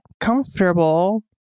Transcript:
comfortable